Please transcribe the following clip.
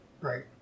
right